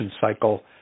cycle